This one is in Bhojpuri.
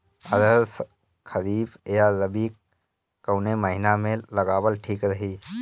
अरहर खरीफ या रबी कवने महीना में लगावल ठीक रही?